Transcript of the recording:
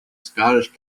scottish